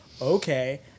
Okay